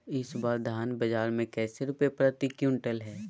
इस बार धान बाजार मे कैसे रुपए प्रति क्विंटल है?